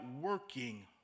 working